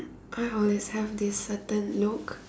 I always have this certain look